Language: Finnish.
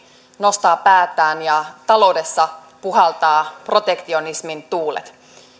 nostavat päätään ja taloudessa puhaltavat protektionismin tuulet